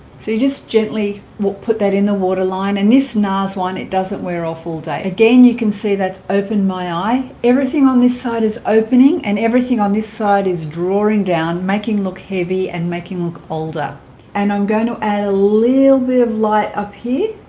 so you just gently will put that in the water line and this nars one it doesn't wear off all day again you can see that's opened my eye everything on this side is opening and everything on this side is drawing down making look heavy and making look older and i'm going to add a little bit of light up here